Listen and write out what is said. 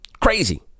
Crazy